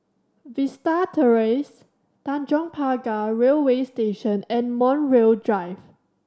Vista Terrace Tanjong Pagar Railway Station and Montreal Drive